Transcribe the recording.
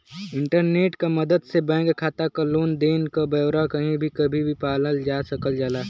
internet क मदद से बैंक खाता क लेन देन क ब्यौरा कही भी कभी भी पावल जा सकल जाला